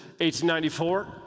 1894